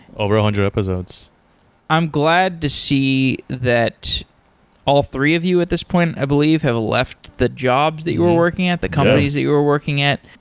over a hundred episodes i'm glad to see that all three of you at this point, i believe, have left the jobs that you were working at, the companies that you were working at.